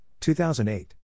2008